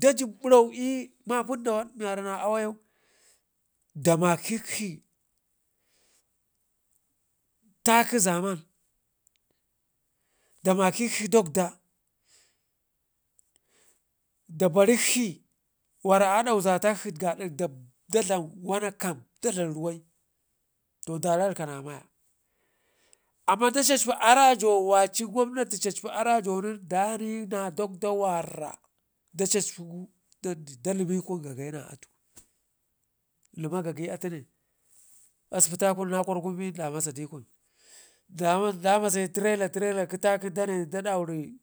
da jib bur au i'mapundawad miwara na awayau damakəkshi taki zaman, da mekəkshi dakda dabarikshi wara da ɗauza tikshi gaada da dlam wana kam da dlam ruwai to da rarkana maya, amma da cacpi arajo wacii gwamnati cacpi arajonen dani ne da kda wara da cacpugu ɗallumikun gagai naatu luma gagai atune asibitakun na kwar kun bin nen da masa dikun damasayi tirela tirela gə taki danni da dauri